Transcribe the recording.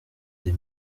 des